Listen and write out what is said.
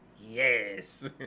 yes